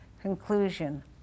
Conclusion